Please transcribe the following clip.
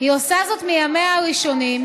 היא עושה זאת מימיה הראשונים.